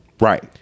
Right